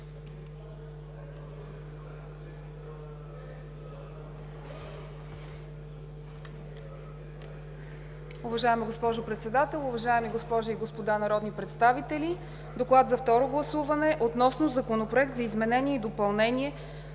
Уважаема госпожо Председател, уважаеми госпожи и господа народни представители! Доклад за второ гласуване относно Законопроект за изменение и допълнение